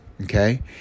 Okay